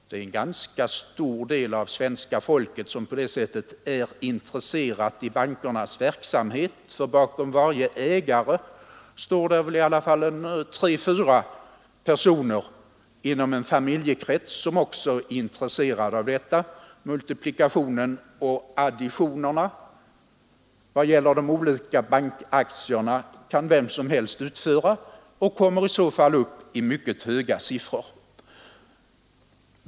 Det är en ganska stor del av svenska folket som på det sättet är intresserad av bankernas verksamhet, för bakom varje ägare står det väl i varje fall tre eller fyra personer inom en familjekrets, som också är intresserade av detta. Multiplikationerna och additionerna vad gäller de olika bankaktierna kan vem som helst utföra och kommer i så fall upp i mycket höga siffror.